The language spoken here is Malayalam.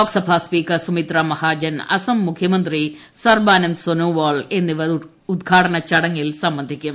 ലോക്സഭാ സ്പീക്കർ സുമിത്രാ മഹാജൻ ആസം മുഖ്യമന്ത്രി സർബാനന്ദ് സോനോവാൾ എന്നിവർ ഉദ്ഘാടന ചടങ്ങിൽ സംബന്ധിയ്ക്കും